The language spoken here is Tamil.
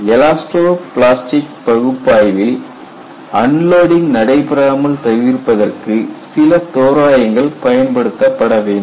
எலாஸ்டோ பிளாஸ்டிக் பகுப்பாய்வில் அன்லோடிங் நடைபெறாமல் தவிர்ப்பதற்கு சில தோராயங்கள் பயன்படுத்தப்பட வேண்டும்